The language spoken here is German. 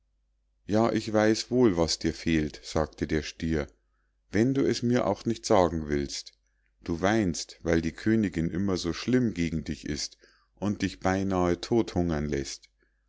ja ich weiß wohl was dir fehlt sagte der stier wenn du es mir auch nicht sagen willst du weinst weil die königinn immer so schlimm gegen dich ist und dich beinahe todthungern lässt